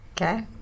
Okay